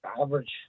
Average